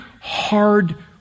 hard